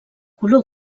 color